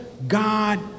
God